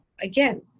again